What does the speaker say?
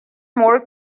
more